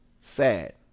sad